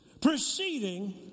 proceeding